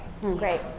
Great